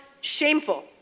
shameful